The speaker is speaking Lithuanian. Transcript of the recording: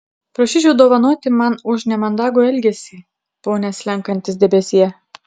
prašyčiau dovanoti man už nemandagų elgesį pone slenkantis debesie